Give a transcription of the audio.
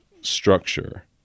structure